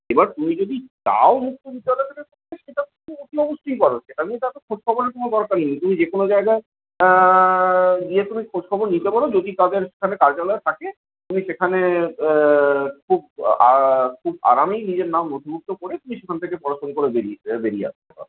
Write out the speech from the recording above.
এবার তুমি যদি চাও মুক্তবিদ্যালয় থেকে করতে সেটা তো তুমি অতি অবশ্যই পার সেটা নিয়ে তো এত খোঁজ খবরের কোন দরকার নেই তুমি যে কোন জায়গায় গিয়ে তুমি খোঁজ খবর নিতে পার যদি তাদের সেখানে কার্যালয় থাকে তুমি সেখানে খুব খুব আরামেই নিজের নাম নথিভুক্ত করে তুমি সেখান থেকে পড়াশোনা করে বেরিয়ে বেরিয়ে আসতে পারবে